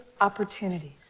opportunities